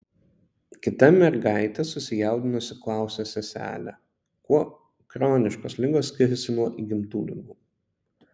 kita mergaitė susijaudinusi klausia seselę kuo chroniškos ligos skiriasi nuo įgimtų ligų